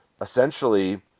essentially